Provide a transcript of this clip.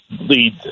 lead